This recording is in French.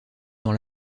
dans